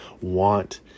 want